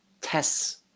tests